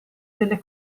delle